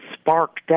sparked